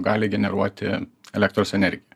gali generuoti elektros energiją